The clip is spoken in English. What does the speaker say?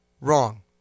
wrong